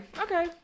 okay